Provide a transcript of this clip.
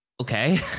Okay